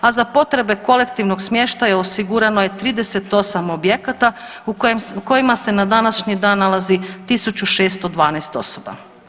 A za potrebe kolektivnog smještaja osigurano je 38 objekata u kojima se na današnji dan nalazi 1.612 osoba.